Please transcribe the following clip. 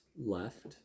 left